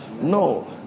No